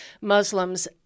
Muslims